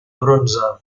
bronze